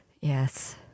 Yes